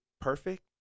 perfect